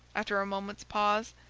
after a moment's pause,